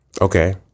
okay